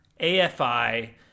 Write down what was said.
AFI